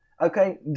Okay